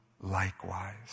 likewise